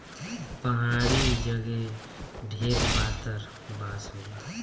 पहाड़ी जगे ढेर पातर बाँस होला